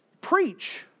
preach